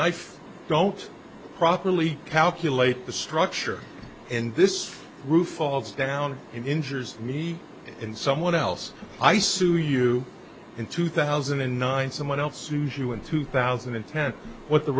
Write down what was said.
i don't properly calculate the structure and this roof falls down and injures me and someone else i sue you in two thousand and nine someone else suzhou in two thousand and ten what the